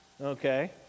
okay